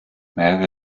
mehrere